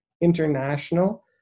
international